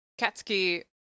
katsuki